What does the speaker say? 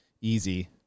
easy